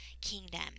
kingdom